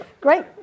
Great